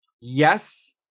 Yes